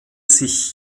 sich